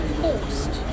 forced